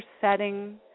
setting